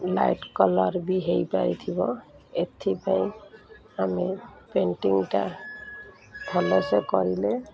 light colour ବି ହୋଇପାରିଥିବ ଏଥିପାଇଁ ଆମେ ପେଣ୍ଟିଂଟା ଭଲସେ କରିଲେ